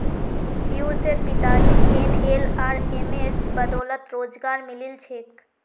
पियुशेर पिताजीक एनएलआरएमेर बदौलत रोजगार मिलील छेक